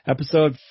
Episode